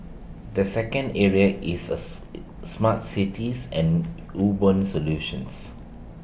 the second area is earth smart cities and urban solutions